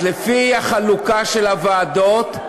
אז לפי החלוקה של הוועדות,